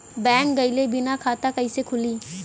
Bank गइले बिना खाता कईसे खुली?